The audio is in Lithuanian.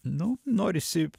nu norisi